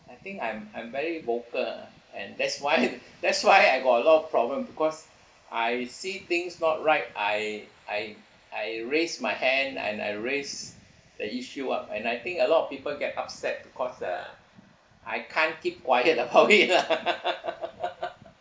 I think I'm I'm very vocal and that's why that's why I got a lot of problem because I see things not right I I I raise my hand and I raise the issue up and I think a lot of people get upset because uh I can't keep quiet lah probably you know